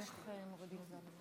כנסת נכבדה,